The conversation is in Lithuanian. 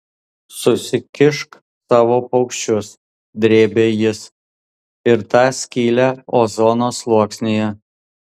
susikišk savo paukščius drėbė jis ir tą skylę ozono sluoksnyje